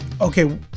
okay